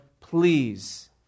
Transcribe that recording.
please